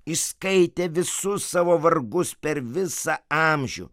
išskaitė visus savo vargus per visą amžių